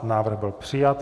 Návrh byl přijat.